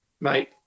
mate